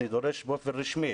אני דורש באופן רשמי